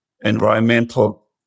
environmental